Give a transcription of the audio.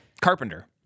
Carpenter